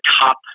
top